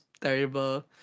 terrible